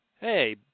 hey